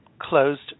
closed